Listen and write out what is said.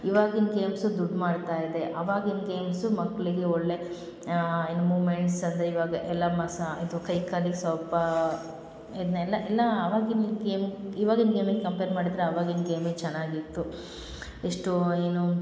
ಇವಾಗಿನ ಗೇಮ್ಸು ದುಡ್ಡು ಮಾಡ್ತಾಯಿದೆ ಅವಾಗಿಂದ ಗೇಮ್ಸು ಮಕ್ಕಳಿಗೆ ಒಳ್ಳೆಯ ಏನು ಮುಮೆಂಟ್ಸ್ ಅಂದರೆ ಇವಾಗ ಎಲ್ಲ ಮಸಾ ಇದು ಕೈ ಕಾಲಿಗೆ ಸ್ವಲ್ಪ ಇದನ್ನೆಲ್ಲ ಎಲ್ಲ ಆವಾಗಿಂದ ಗೇಮ್ ಇವಾಗಿಂದ ಗೇಮಿಗೆ ಕಂಪೇರ್ ಮಾಡಿದರೆ ಅವಾಗಿಂದ ಗೇಮೆ ಚೆನ್ನಾಗಿತ್ತು ಎಷ್ಟೋ ಏನೊ